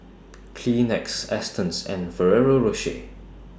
Kleenex Astons and Ferrero Rocher